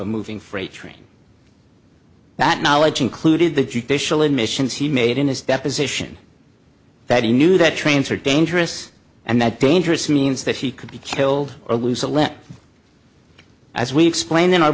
a moving freight train that knowledge included that you fishel admissions he made in his deposition that he knew that trains are dangerous and that dangerous means that he could be killed or lose a limb as we explained in our